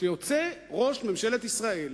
כשיוצא ראש ממשלת ישראל